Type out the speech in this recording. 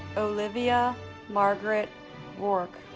olivia margaret roark